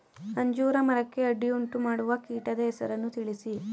ಅಂಜೂರ ಮರಕ್ಕೆ ಅಡ್ಡಿಯುಂಟುಮಾಡುವ ಕೀಟದ ಹೆಸರನ್ನು ತಿಳಿಸಿ?